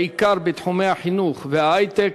בעיקר בתחומי החינוך וההיי-טק.